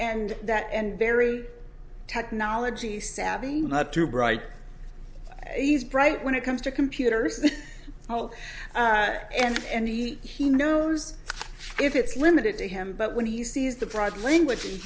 and that and very technology savvy not too bright he's bright when it comes to computers oh and he he knows if it's limited to him but when he sees the fried language